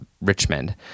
Richmond